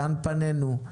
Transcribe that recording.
לאן פנינו,